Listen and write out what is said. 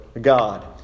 God